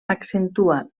accentua